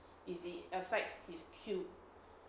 it is affects his cube